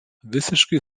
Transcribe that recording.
visiškai